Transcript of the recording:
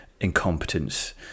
incompetence